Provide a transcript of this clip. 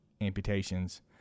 amputations